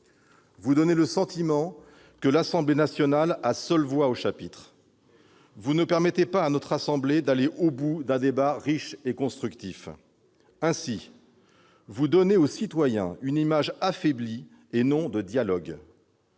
vous donnez le sentiment que l'Assemblée nationale à seule voix au chapitre, et vous ne permettez pas à notre assemblée de conduire à son terme un débat riche et constructif. Ainsi, vous donnez aux citoyens une image affaiblie, et de non de dialogue.